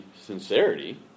sincerity